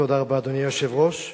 תודה רבה, אדוני היושב-ראש.